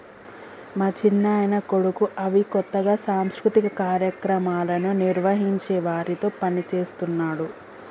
మా చిన్నాయన కొడుకు అవి కొత్తగా సాంస్కృతిక కార్యక్రమాలను నిర్వహించే వారితో పనిచేస్తున్నాడు